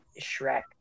shrek